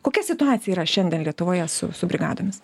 kokia situacija yra šiandien lietuvoje su su brigadomis